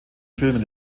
filmen